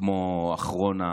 כמו אחרון,